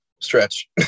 stretch